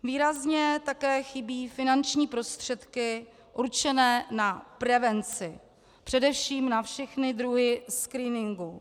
Výrazně také chybí finanční prostředky určené na prevenci, především na všechny druhy screeningů.